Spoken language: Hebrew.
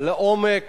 לעומק